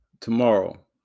tomorrow